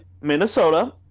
Minnesota